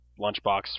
lunchbox